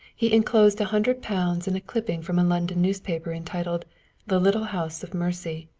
he inclosed a hundred pounds and a clipping from a london newspaper entitled the little house of mercy.